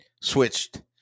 switched